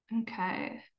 Okay